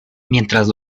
mientras